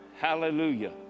Hallelujah